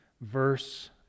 verse